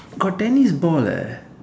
got tennis ball eh